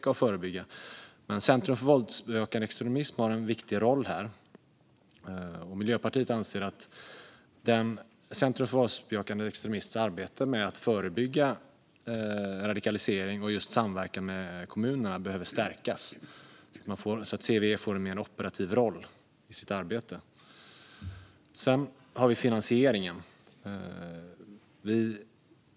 Men Center mot våldsbejakande extremism har en viktig roll här. Miljöpartiet anser att Center mot våldsbejakande extremisms arbete med att förebygga radikalisering och samverkan med kommunerna behöver stärkas så att CVE får en mer operativ roll i sitt arbete. Jag går vidare till finansieringen.